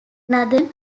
northern